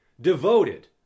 devoted